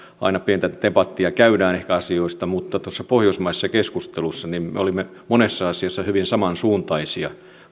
aina pientä debattia ehkä asioista niin tuossa pohjoismaisessa keskustelussa me olimme monessa asiassa hyvin samansuuntaisia